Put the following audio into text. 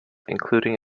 including